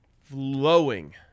flowing